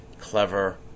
clever